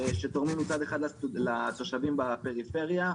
שמצד אחד תורמים לתושבים בפריפריה,